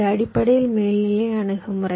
இது அடிப்படையில் மேல்நிலை அணுகுமுறை